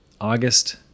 August